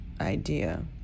idea